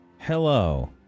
Hello